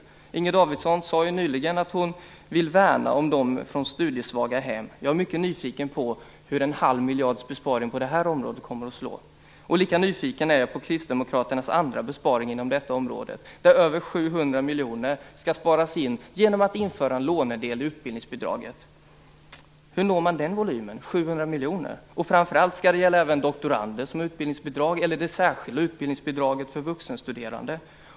Inger Davidson sade ju att hon vill värna dem som kommer från studiesvaga hem. Jag är mycket nyfiken på hur en halv miljards besparing på det här området kommer att slå. Lika nyfiken är jag på Kristdemokraternas andra besparing på detta område, där över 700 miljoner skall sparas in genom att man inför en lånedel i utbildningsbidraget. Hur når man den volymen? Och skall det gälla även doktorander som har utbildningsbidrag eller det särskilda utbildningsbidraget för vuxenstuderande?